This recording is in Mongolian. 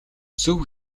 зөв